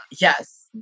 Yes